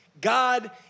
God